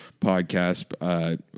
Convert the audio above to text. podcast